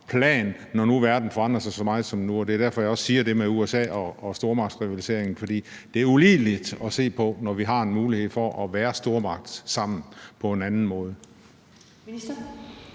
når nu verden forandrer sig så meget som nu. Det er derfor, at jeg også siger det med USA og stormagtsrivaliseringen. For det er ulideligt at se på, når vi har en mulighed for at være stormagt sammen på en anden måde.